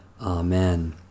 Amen